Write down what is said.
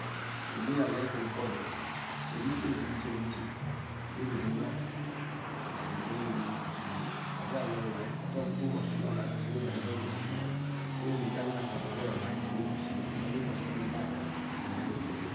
Omeh nah ali-ayi nkeni koh bala nkeh zi ni khe niche weh bele emeh-ah aziride nu otu oba ni iwai oru osomonu ovu la iwai